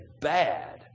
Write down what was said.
bad